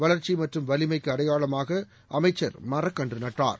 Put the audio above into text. வளர்ச்சிமற்றும் வலிமைக்கும் அடையாளமாகஅமைச்சர் மரக்கன்றுநட்டார்